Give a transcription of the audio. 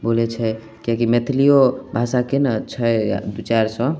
बोलै छै किएकि मैथिलिओ भाषाके ने छै दुइ चारि सओ